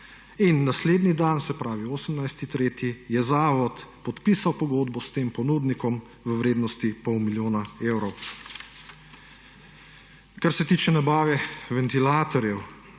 in naslednji dan, se pravi 18. 3., je zavod podpisal pogodbo s tem ponudnikom v vrednosti pol milijona evrov. Kar se tiče nabave ventilatorjev